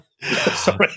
sorry